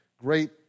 great